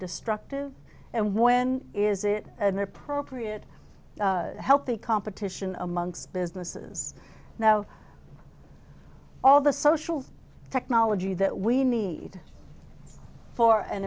destructive and when is it an appropriate healthy competition amongst businesses now all the social technology that we need for an